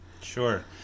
Sure